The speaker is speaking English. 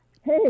Hey